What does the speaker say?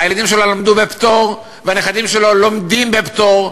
הילדים שלו למדו בפטור והנכדים שלו לומדים בפטור.